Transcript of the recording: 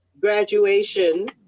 graduation